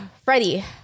Freddie